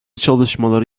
çalışmaları